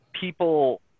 people